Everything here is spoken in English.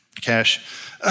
cash